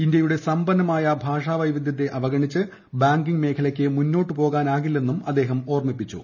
ഇന്ത്യയുടെ സമ്പന്നമായ ഭാഷാ വൈവിധ്യത്തെ അവഗണിച്ച് ബാങ്കിംഗ് മേഖലയ്ക്ക് മുന്നോട്ട് പോകാനാവില്ലെന്നും അദ്ദേഹം ഓർമിപ്പിച്ചു